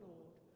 Lord